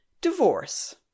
Divorce